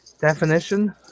Definition